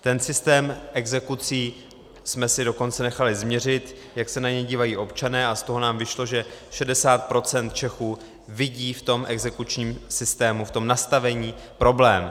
Ten systém exekucí jsme si dokonce nechali změřit, jak se na něj dívají občané, a z toho nám vyšlo, že 60 % Čechů vidí v tom exekučním systému, v tom nastavení, problém.